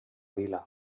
vila